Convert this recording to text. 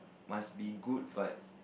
must be good but